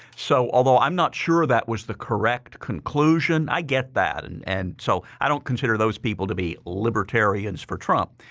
so although i'm not sure that was the correct conclusion, i get that and and so i don't consider those people to be libertarians for trump.